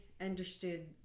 understood